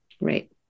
Right